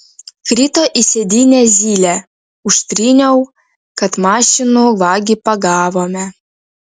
krito į sėdynę zylė užtryniau kad mašinų vagį pagavome